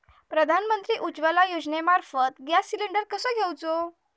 प्रधानमंत्री उज्वला योजनेमार्फत gas cylinder कसो घेऊचो?